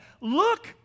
look